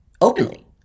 openly